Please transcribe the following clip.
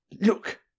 Look